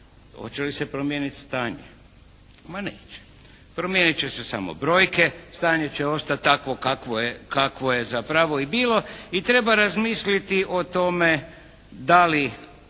Hoće li se promijeniti stanje? Ma neće! Promijenit će se samo brojke. Stanje će ostati takvo kakvo je zapravo i bilo i treba razmisliti o tome da li